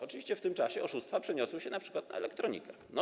Oczywiście w tym czasie oszustwa przeniosły się np. na elektronikę.